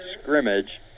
scrimmage